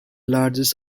largest